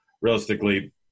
realistically